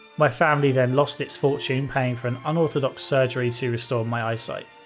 my family then lost its fortune paying for an unorthodox surgery to restore my eyesight.